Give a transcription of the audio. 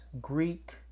Greek